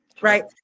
Right